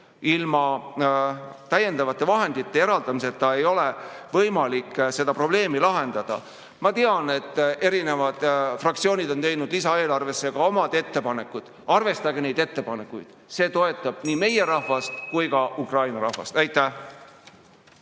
ilma täiendavate vahendite eraldamiseta ei ole võimalik seda probleemi lahendada. Ma tean, et erinevad fraktsioonid on teinud lisaeelarve kohta ka oma ettepanekud. Arvestage neid ettepanekuid, see toetab nii meie rahvast kui ka Ukraina rahvast. Aitäh!